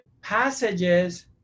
passages